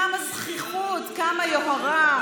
כמה זחיחות, כמה יוהרה.